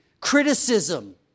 criticism